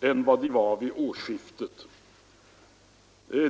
än vad som var möjligt vid årsskiftet.